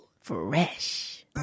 Fresh